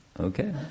Okay